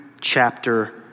chapter